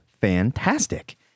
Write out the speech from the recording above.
fantastic